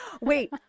Wait